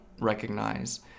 recognize